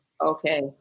okay